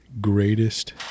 greatest